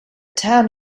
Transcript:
town